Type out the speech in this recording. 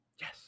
Yes